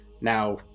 Now